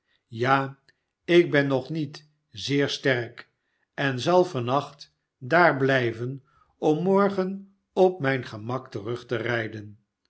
ja ik ben nog niet zeer sterk en zal van nacht daar blijven om morgen op mijn gemak terug te rijden